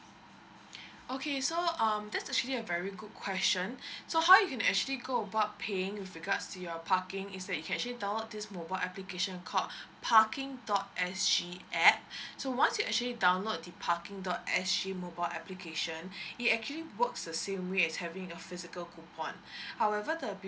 okay so um that's actually a very good question so how you can actually go about paying with regards to your parking is that you can actually download this mobile application called parking dot S_G app so once you actually download the parking dot S_G mobile application it actually works the same way as having your physical coupon however the